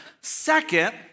Second